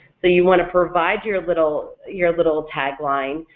so you want to provide your little, your little tagline,